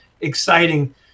exciting